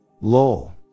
LOL